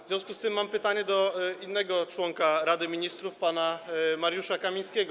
W związku z tym mam pytanie do innego członka Rady Ministrów, pana Mariusza Kamińskiego.